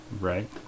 Right